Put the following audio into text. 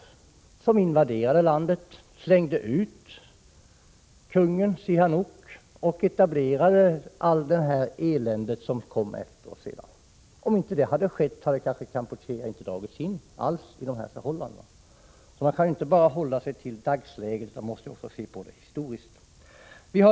USA invaderade landet, slängde ut kungen, Sihanouk, och etablerade allt detta elände som sedan följde. Om inte USA:s ingripande hade skett, hade kanske Kampuchea inte alls dragits in i dessa förhållanden. Man kan alltså inte enbart hålla sig till dagsläget, utan man måste också se på den historiska bakgrunden.